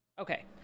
Okay